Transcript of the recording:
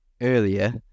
earlier